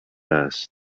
است